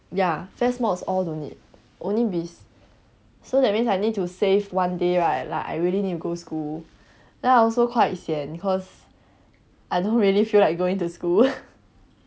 ya F_A_S_S mods all don't need only biz so that means I need to save one day right like I really need go school then I also quite sian cause I don't really feel like going to school